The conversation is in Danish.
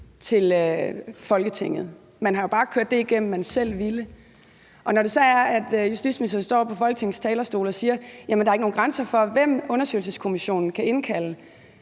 til Folketinget. Man har jo bare kørt det, man selv ville, igennem. Og når det så er, at justitsministeren står på Folketingets talerstol og siger, at der ikke er nogen grænser for, hvem undersøgelseskommissionen kan indkalde,